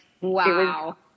Wow